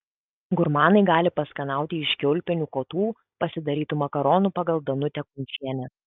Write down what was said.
gurmanai gali paskanauti iš kiaulpienių kotų pasidarytų makaronų pagal danutę kunčienę